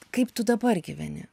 kaip tu dabar gyveni